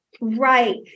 Right